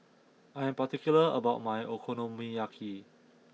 I am particular about my Okonomiyaki